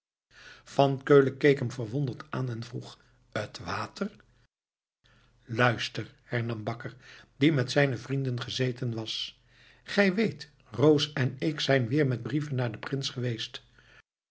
van keulen keek hem verwonderd aan en vroeg het water luister hernam bakker die met zijne vrienden gezeten was gij weet roos en ik zijn weer met brieven naar den prins geweest